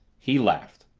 he laughed.